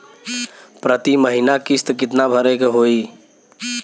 प्रति महीना किस्त कितना भरे के होई?